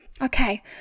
Okay